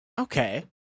Okay